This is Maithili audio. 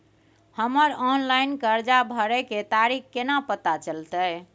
हमर ऑनलाइन कर्जा भरै के तारीख केना पता चलते?